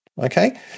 okay